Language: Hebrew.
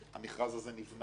הוא נבנה פר